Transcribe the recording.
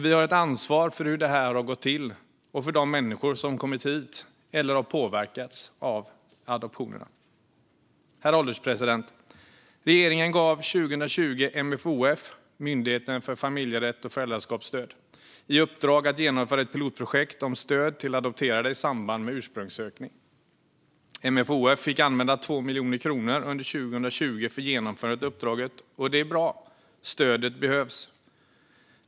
Vi har ett ansvar för hur det här har gått till och för de människor som har kommit hit eller har påverkats av adoptionerna. Herr ålderspresident! Regeringen gav 2020 Myndigheten för familjerätt och föräldraskapsstöd, MFoF, i uppdrag att genomföra ett pilotprojekt om stöd till adopterade i samband med ursprungssökning. MFoF fick använda 2 miljoner kronor under 2020 för genomförandet av uppdraget. Det är bra. Stödet behövs.